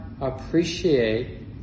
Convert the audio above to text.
appreciate